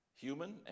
human